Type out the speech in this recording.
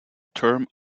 term